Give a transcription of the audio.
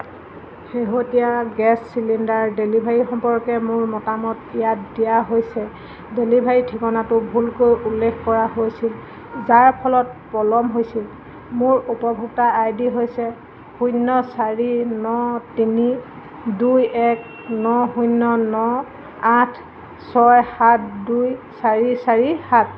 শেহতীয়া gas cylinder delivery সম্পৰ্কে মোৰ মতামত ইয়াত দিয়া হৈছে ডেলিভাৰী ঠিকনাটো ভুলকৈ উল্লেখ কৰা হৈছিল যাৰ ফলত পলম হৈছিল মোৰ উপভোক্তা আই ডি হৈছে শূন্য চাৰি ন তিনি দুই এক ন শূন্য ন আঠ ছয় সাত দুই চাৰি চাৰি সাত